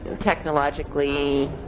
technologically